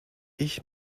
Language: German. ich